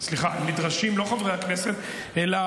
סליחה, נדרשים לא חברי הכנסת אלא